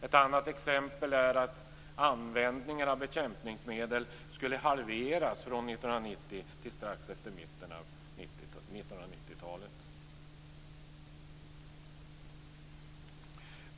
Ett annat exempel är att användningen av bekämpningsmedel skulle halveras från 1990 till strax efter mitten av 1990-talet.